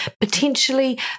potentially